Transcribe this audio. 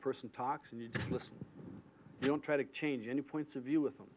person talks and you listen don't try to change any points of view with them